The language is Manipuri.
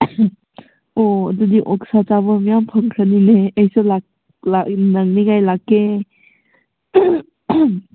ꯑꯣ ꯑꯗꯨꯗꯤ ꯑꯣꯛꯁꯥ ꯆꯥꯕ ꯌꯥꯝ ꯐꯪꯈ꯭ꯔꯅꯤꯅꯦ ꯑꯩꯁꯨ ꯅꯪꯅꯤꯡꯉꯥꯏ ꯂꯥꯛꯀꯦ